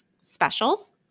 specials